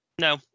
No